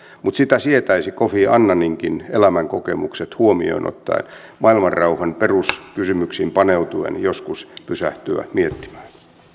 mutta että sitä sietäisi kofi annaninkin elämänkokemukset huomioon ottaen maailmanrauhan peruskysymyksiin paneutuen joskus pysähtyä miettimään